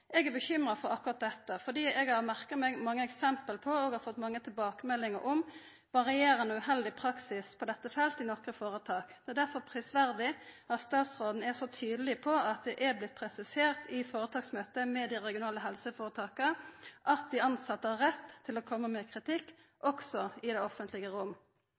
Eg er bekymra for akkurat dette fordi eg har merka meg mange eksempel på og fått mange tilbakemeldingar om varierande og uheldig praksis på dette feltet i nokre føretak. Det er derfor prisverdig at statsråden er så tydeleg på at det er blitt presisert i føretaksmøta med dei regionale helseføretaka at dei tilsette har rett til å komma med kritikk, også i det offentlege rom.